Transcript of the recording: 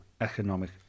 economic